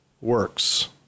works